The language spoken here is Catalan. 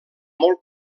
molt